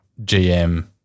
GM